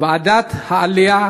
ועדת העלייה,